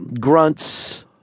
grunts